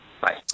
Bye